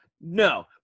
No